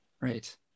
Right